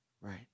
Right